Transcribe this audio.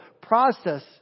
process